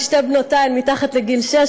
כי שתי בנותי מתחת לגיל שש,